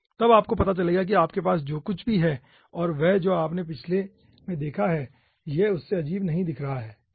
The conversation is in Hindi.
तब आपको पता चलेगा कि आपके पास जो कुछ भी है और वह जो आपने पिछले में देखा है यह उससे अजीब नहीं दिख रहा है ठीक है